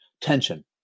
Tension